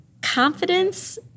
confidence